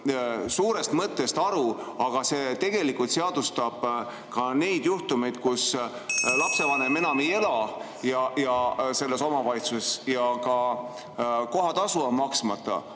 üldisest mõttest aru, aga see tegelikult seadustab ka neid juhtumeid, kus lapsevanem enam ei ela [konkreetses] omavalitsuses ja ka kohatasu on maksmata,